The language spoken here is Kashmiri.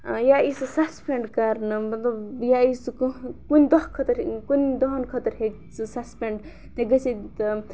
یا ای سُہ سَسپینٛڈ کَرنہٕ مطلب یا ای سُہ کانٛہہ کُنہِ دۄہ خٲطرٕ کُنہِ دۄہَن خٲطرٕ ہیٚکہِ سُہ سَسپینٛڈ تہِ گٔژھِتھ